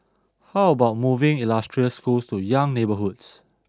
how about moving illustrious schools to young neighbourhoods